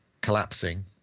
collapsing